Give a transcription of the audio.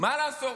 מה לעשות,